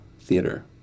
theater